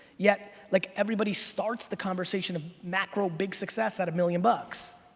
yet, like everybody starts the conversation of macro big success at a million bucks.